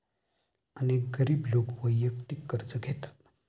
अनेक गरीब लोक वैयक्तिक कर्ज घेतात